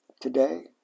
today